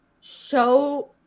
show